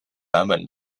版本